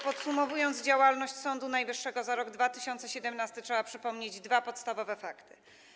Podsumowując działalność Sądu Najwyższego za rok 2017, trzeba przypomnieć dwa podstawowe fakty.